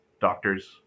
doctors